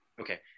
Okay